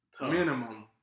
Minimum